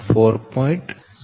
07 m છે